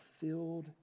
filled